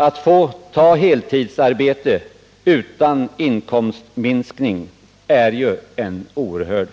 Att få övergå från heltidsarbete till deltidsarbete utan inkomstminskning är ju en oerhörd